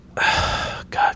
God